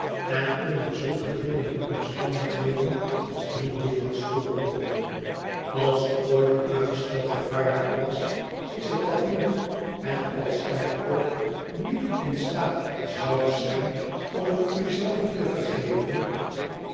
en onder zulke dringende omstandigheden als niet dikwijls voorkomen als ooit uitstel gevaarlijk was is het dat nu en als gij ooit niet in staat zoudt zijn om het u zelven te vergeven